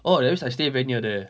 orh that means I stay very near there